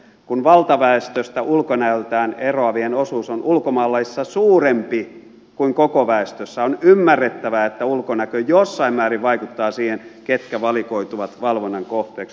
kun valtaväestöstä ulkonäöltään eroavien osuus on ulkomaalaisissa suurempi kuin koko väestössä on ymmärrettävää että ulkonäkö jossain määrin vaikuttaa siihen ketkä valikoituvat valvonnan kohteeksi